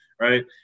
right